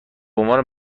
عنوان